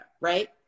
right